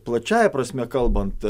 plačiąja prasme kalbant